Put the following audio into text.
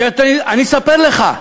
שאני אספר לך,